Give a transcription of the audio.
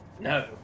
No